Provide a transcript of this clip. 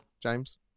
James